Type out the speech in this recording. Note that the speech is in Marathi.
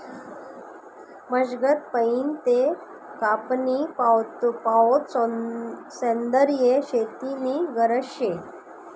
मशागत पयीन ते कापनी पावोत सेंद्रिय शेती नी गरज शे